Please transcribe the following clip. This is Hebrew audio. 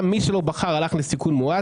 מי שלא בחר הלך לסיכון מועט.